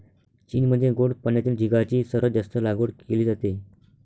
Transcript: चीनमध्ये गोड पाण्यातील झिगाची सर्वात जास्त लागवड केली जाते